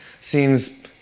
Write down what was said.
Seems